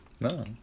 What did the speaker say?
No